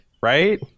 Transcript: Right